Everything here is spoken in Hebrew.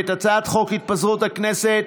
הצעת חוק התפזרות הכנסת,